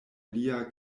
lia